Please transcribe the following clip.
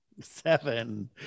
seven